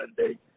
Sunday